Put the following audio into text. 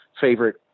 favorite